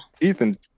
Ethan